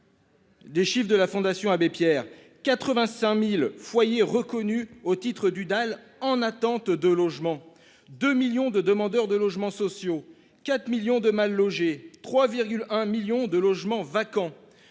Des chiffres de la Fondation Abbé Pierre, 85.000 foyers reconnus au titre du DAL en attente de logement. 2 millions de demandeurs de logements sociaux, 4 millions de mal-logés, 3,1 millions de logements vacants.